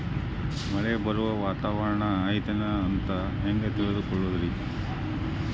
ಮಳೆ ಬರುವ ವಾತಾವರಣ ಐತೇನು ಅಂತ ಹೆಂಗ್ ತಿಳುಕೊಳ್ಳೋದು ರಿ?